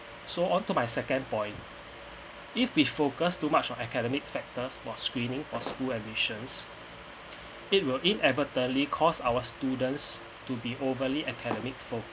so onto my second point if we focus too much on academic factors while screening for school admissions it will inevitably caused our students to be overly academic focus